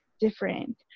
different